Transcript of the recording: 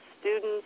students